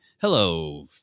Hello